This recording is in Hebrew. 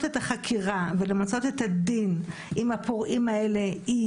את החקירה ולמצות את הדין עם הפורעים האלה היא